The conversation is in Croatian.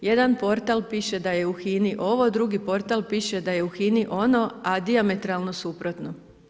Jedan portal piše da je u HINA-i ovo, a drugi portal piše da je u HINA-i ono a dijametralno suprotno.